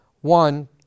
one